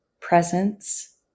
presence